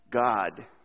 God